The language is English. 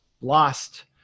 lost